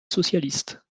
socialiste